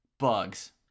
bugs